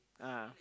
ah